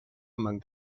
among